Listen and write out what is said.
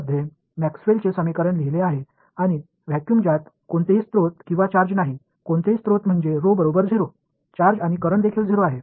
எனவே மேக்ஸ்வெல்லின் Maxwell's சமன்பாடுகளை வெற்றிடத்தில் எழுதியுள்ளேன் மற்றும் வெற்றிடத்தில் ஆதாரங்கள் அல்லது சார்ஜ் இல்லை எந்த ஆதாரங்களும் இல்லை என்றால் 0 ஆகும் மற்றும் சார்ஜ் 0 என்றும் மின்னோட்டமும் 0